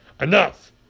Enough